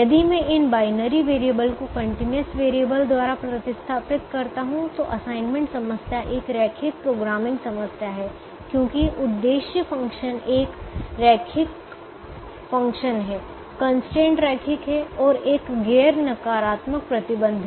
यदि मैं इन बाइनरी वेरिएबल को कंटीन्यूअस वेरिएबल द्वारा प्रतिस्थापित करता हूं तो असाइनमेंट समस्या एक रैखिक प्रोग्रामिंग समस्या है क्योंकि उद्देश्य फ़ंक्शन एक रैखिक फ़ंक्शन है कंस्ट्रेंट रैखिक हैं और एक गैर नकारात्मकता प्रतिबंध है